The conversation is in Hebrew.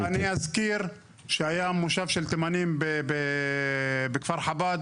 אני אזכיר שהיה מושב של תימנים בכפר חב"ד